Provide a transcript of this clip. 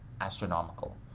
astronomical